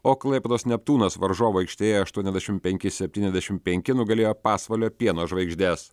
o klaipėdos neptūnas varžovų aikštėje aštuoniasdešim penki septyniasdešim penki nugalėjo pasvalio pieno žvaigždes